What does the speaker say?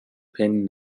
pen